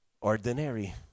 Ordinary